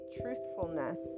truthfulness